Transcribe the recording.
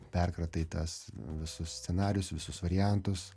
perkratai tas visus scenarijus visus variantus